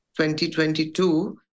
2022